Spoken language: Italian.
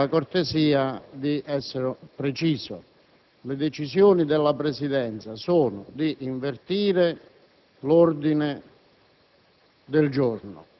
le chiederei la cortesia di essere preciso. Le decisioni della Presidenza sono d'invertire l'ordine